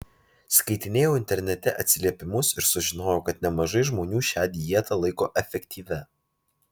skaitinėjau internete atsiliepimus ir sužinojau kad nemažai žmonių šią dietą laiko efektyvia